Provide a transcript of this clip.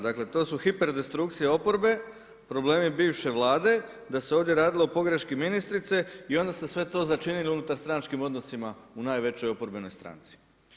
Dakle, to su hiperdestrukcija oporbe, problemi bivše Vlade, da se ovdje radilo o pogreški ministrice i onda ste to sve začinili unutarstranačkim odnosima u najvećoj oporbenoj stranci.